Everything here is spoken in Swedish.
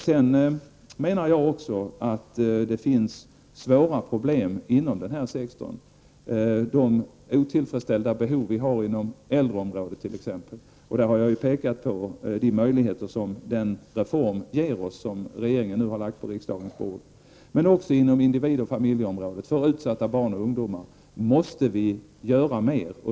Jag menar också att det finns svåra problem inom denna sektor, t.ex. de otillfredsställa behov vi har inom äldreområdet. Där har jag pekat på de möjligheter som den reform ger, som regeringen har lagt på riksdagens bord. Men också inom individ och familjeområdet, för utsatta barn och ungdomar, måste vi göra mer.